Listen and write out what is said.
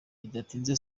bidatinze